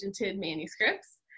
manuscripts